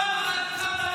פעם אחת עמדת מול מחבל?